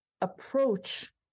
approach